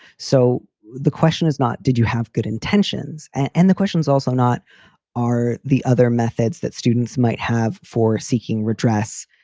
so the question is not did you have good intentions? and the questions also not are the other methods that students might have for seeking redress,